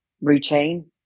routine